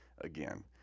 again